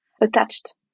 attached